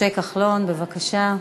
משה כחלון, בבקשה.